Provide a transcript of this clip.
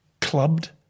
clubbed